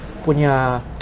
punya